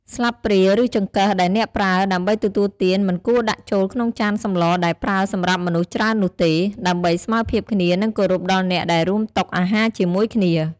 ស្លាបព្រា ឬចង្កឹះដែលអ្នកប្រើដើម្បីទទួលទាន មិនគួរដាក់ចូលក្នុងចានសម្លដែលប្រើសម្រាប់មនុស្សច្រើននោះទេ ដើម្បីស្មើភាពគ្នានិងគោរពដល់អ្នកដែលរួមតុអាហារជាមួយគ្នា។